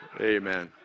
Amen